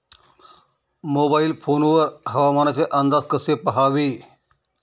Mobile phone वर हवामानाचे अंदाज कसे पहावे?